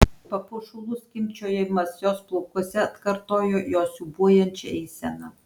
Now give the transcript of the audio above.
papuošalų skimbčiojimas jos plaukuose atkartojo jos siūbuojančią eiseną